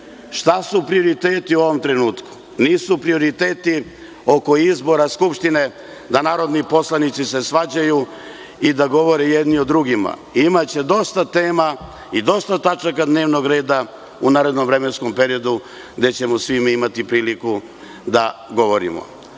su prioriteti u ovom trenutku? Nisu prioriteti oko izbora Skupštine da narodni poslanici se svađaju i da govore jedni o drugima. Imaće dosta tema i dosta tačaka dnevnog reda u narednom vremenskom periodu, gde ćemo svi mi imati priliku da govorimo. Srbija